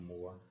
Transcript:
more